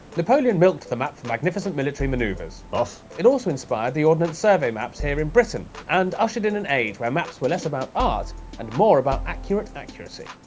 napoleon milked the map for magnificent military manoeuvres. bof! it also inspired the ordnance survey maps here in britain and ushered in an age where maps were less about ah and more about accurate accuracy.